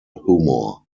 humour